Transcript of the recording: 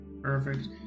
Perfect